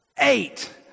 Eight